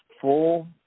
full